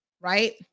Right